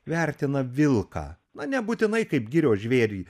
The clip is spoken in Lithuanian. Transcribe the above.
vertina vilką na nebūtinai kaip girios žvėrį